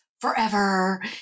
forever